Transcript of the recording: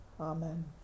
Amen